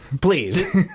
please